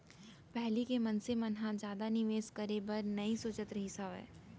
पहिली के मनसे मन ह जादा निवेस करे बर नइ सोचत रहिस हावय